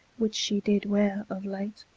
which she did weare of late.